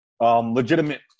legitimate